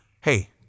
Hey